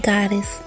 Goddess